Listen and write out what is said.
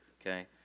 okay